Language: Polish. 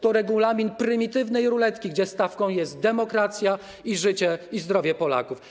To regulamin prymitywnej ruletki, gdzie stawką są demokracja, życie i zdrowie Polaków.